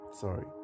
Sorry